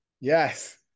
Yes